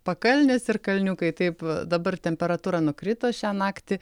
pakalnės ir kalniukai taip dabar temperatūra nukrito šią naktį